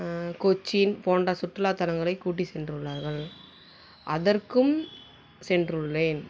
கொச்சின் போன்ற சுற்றுலாத்தலங்களை கூட்டி சென்றுள்ளார்கள் அதற்கும் சென்றுள்ளேன்